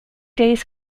days